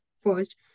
first